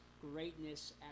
greatness